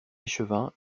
échevin